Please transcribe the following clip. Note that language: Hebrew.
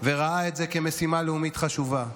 וראה את זה כמשימה לאומית חשובה.